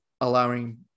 allowing